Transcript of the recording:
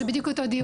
זה בדיוק אותו דיון.